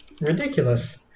ridiculous